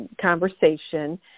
conversation